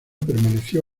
permaneció